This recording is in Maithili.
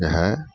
जे हइ